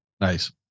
Nice